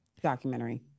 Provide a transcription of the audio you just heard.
Documentary